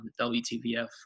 WTVF